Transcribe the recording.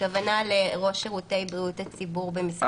הכוונה היא לראש שירותי הבריאות ציבור במשרד הבריאות.